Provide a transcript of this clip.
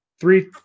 three